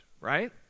right